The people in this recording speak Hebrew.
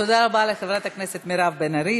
תודה רבה לחברת הכנסת מירב בן ארי.